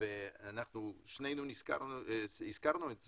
אמיר ושנינו הזכרנו את זה,